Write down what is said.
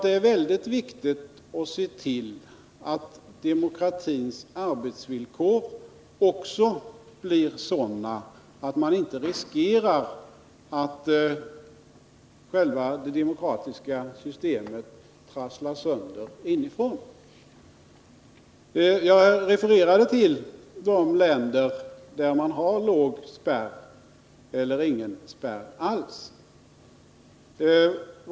Det är väldigt viktigt att se till att demokratins arbetsvillkor blir sådana att man inte riskerar att det demokratiska systemet trasslas sönder inifrån. Jag refererade till de länder som har en låg spärr eller ingen spärr alls.